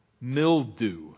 mildew